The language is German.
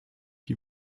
die